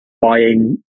buying